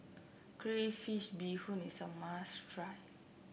Crayfish Beehoon is a must try